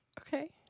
Okay